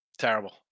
terrible